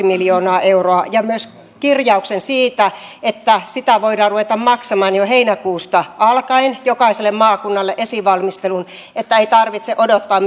miljoonaa euroa ja myös kirjauksen siitä että sitä voidaan ruveta maksamaan jo heinäkuusta alkaen jokaiselle maakunnalle esivalmisteluun että ei tarvitse odottaa